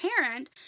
parent